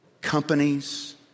companies